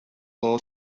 law